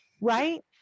Right